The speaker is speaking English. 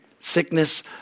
sickness